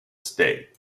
state